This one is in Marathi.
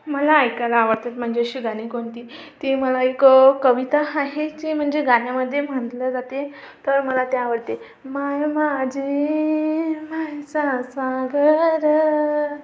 मला ऐकायला आवडतात म्हणजे अशी गाणी कोणती ती मला एक कविता आहे जे म्हणजे गाण्यामध्ये म्हटलं जाते तर मला ते आवडते मन माझे मानसा सागर